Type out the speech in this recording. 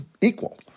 equal